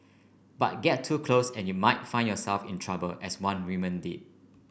but get too close and you might find yourself in trouble as one women did